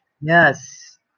Yes